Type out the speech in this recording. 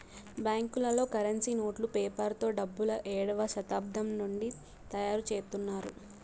బ్యాంకులలో కరెన్సీ నోట్లు పేపర్ తో డబ్బులు ఏడవ శతాబ్దం నుండి తయారుచేత్తున్నారు